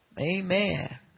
Amen